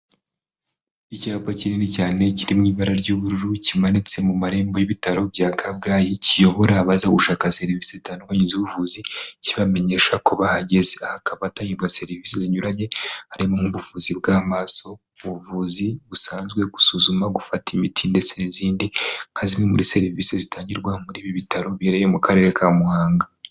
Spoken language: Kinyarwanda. Icyapa kinini cyane kiri mu ibara ry'ubururu kimanitse mu marembo y'ibitaro bya Kabgayi kiyobora abaza gushaka serivisi zitangiza z'ubuvuzi kibamenyesha ko bahageze, aha hakaba hatangirwa serivisi zinyuranye harimo n'ubuvuzi bw'amaso, ubuvuzi busanzwe, gusuzuma, gufata imiti ndetse n'izindi; nka zimwe muri serivisi zitangirwa muri ibi bitaro biherereye mu Karere ka Muhanga.